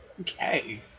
Okay